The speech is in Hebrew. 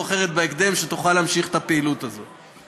אחרת בהקדם ותוכל להמשיך את הפעילות הזאת.